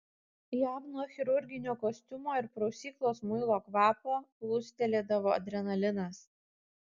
jam nuo chirurginio kostiumo ir prausyklos muilo kvapo plūstelėdavo adrenalinas